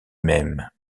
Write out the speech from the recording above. même